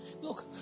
Look